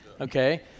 Okay